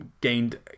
gained